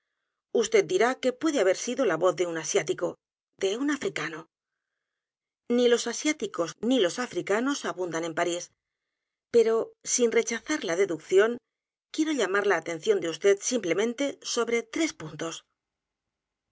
vd dirá que puede haber sido la voz de un asiático de un africano ni los asiáticos ni los africanos abundan en parís pero sin rechazar la deducción quiero llamar la atención de vd simplemente sobre tres puntos